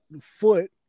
foot